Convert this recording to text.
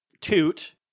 toot